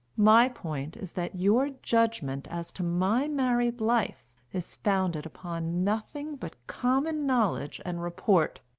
my point is that your judgment as to my married life is founded upon nothing but common knowledge and report.